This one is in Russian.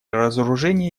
разоружения